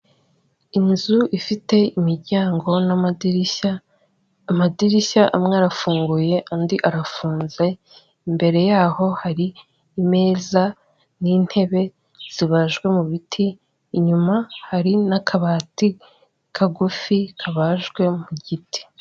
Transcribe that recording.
Inzu ifite imiryango n'amadirishya, amadirishya amwe arafunguye, andi arafunze, imbere yaho hari imeza n'intebe zibajwe mu biti, inyuma hari n'akabati kagufi kabajwe mu giti.